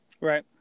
Right